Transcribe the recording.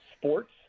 sports